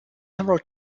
several